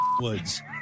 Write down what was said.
Woods